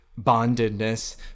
bondedness